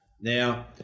Now